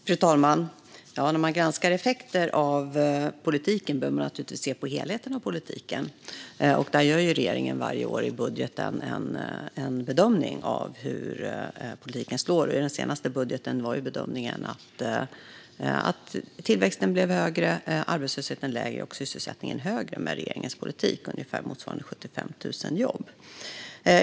Fru talman! När man granskar effekter av politiken behöver man naturligtvis se på helheten av den. Där gör regeringen varje år i budgeten en bedömning av hur politiken slår. I den senaste budgeten var bedömningen att tillväxten blev högre, arbetslösheten lägre och sysselsättningen högre med regeringens politik. Ökningen motsvarade ungefär 75 000 jobb.